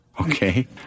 Okay